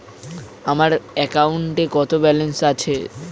আমার অ্যাকাউন্টে কত ব্যালেন্স আছে?